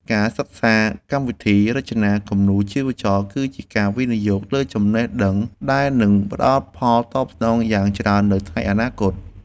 ការសិក្សាកម្មវិធីរចនាគំនូរជីវចលគឺជាការវិនិយោគលើចំណេះដឹងដែលនឹងផ្តល់ផលតបស្នងយ៉ាងច្រើននៅថ្ងៃអនាគត។